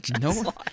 no